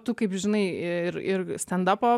tu kaip žinai ir ir stendapo